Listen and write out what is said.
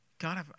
God